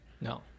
No